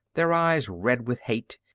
their eyes red with hate,